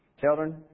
Children